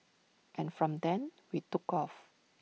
and from then we took off